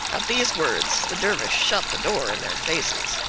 at these words, the dervish shut the door in their faces.